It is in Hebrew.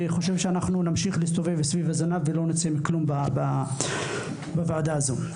וכך אנחנו רק נסתובב סביב עצמנו ולא נצא עם כלום מהוועדה הזו.